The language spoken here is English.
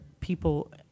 people